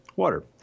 water